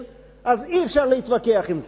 אז אי-אפשר להתווכח עם זה.